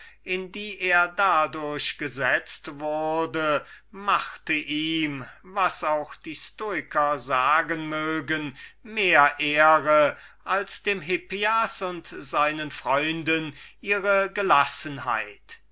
in die er dadurch gesetzt wurde machte ihm was auch die stoiker sagen mögen mehr ehre als dem hippias und seinen freunden ihre